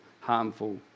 harmful